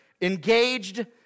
engaged